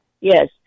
Yes